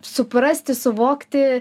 suprasti suvokti